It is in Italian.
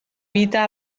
vita